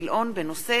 בנושא: